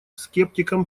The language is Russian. скептикам